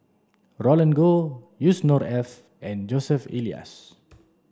Roland Goh Yusnor Ef and Joseph Elias